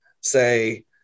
say